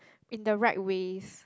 in the right ways